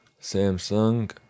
Samsung